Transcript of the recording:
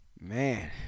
Man